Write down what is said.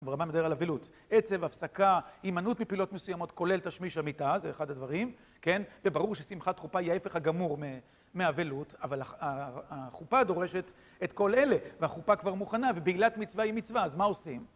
נרמב״ם מדבר על אבלות. עצב, הפסקה, המנעות מפעילות מסוימות, כולל תשמיש המיטה, זה אחד הדברים. כן, וברור ששמחת חופה היא ההפך הגמור מאבלות, אבל החופה דורשת את כל אלה, והחופה כבר מוכנה, ובעילת מצווה היא מצווה, אז מה עושים?